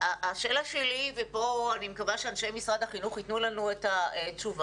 השאלה שלי ופה אני מקווה שאנשי משרד החינוך יתנו לנו את התשובה,